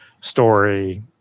story